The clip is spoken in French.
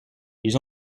ils